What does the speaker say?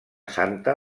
santa